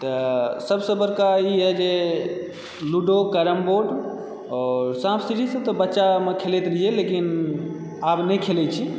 तऽ सभसँ बड़का ई यऽ जे लूडो कैरमबोर्ड साँप सीढ़ीसभ तऽ बच्चामे खेलैत रहियै लेकिन आब नहि खेलैत छी